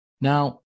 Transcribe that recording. Now